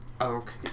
Okay